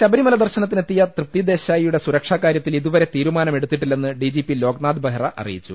ശബരിമല് ദർശനത്തിന് എത്തിയ തൃപ്തി ദേശായിയുടെ സുരക്ഷാ കാര്യത്തിൽ ഇതുവരെ തീരുമാനമെടുത്തിട്ടില്ലെന്ന് D G P Loknath Behra അറിയിച്ചു